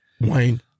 Wayne